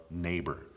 neighbor